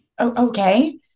Okay